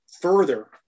further